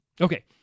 Okay